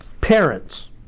parents